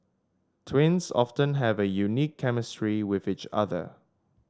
twins often have a unique chemistry with each other